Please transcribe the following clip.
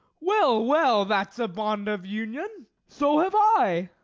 well, well, that's a bond of union so have i.